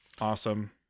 awesome